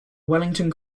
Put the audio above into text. wellington